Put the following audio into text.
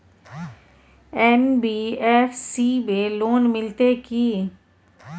NBFC में loan मिलते की?